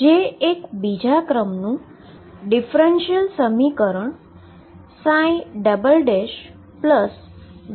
જે એક બીજા ક્રમનુ ડીફરન્શીઅલ સમીકરણ VxψEψ છે